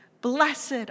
Blessed